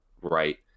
right